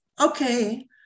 okay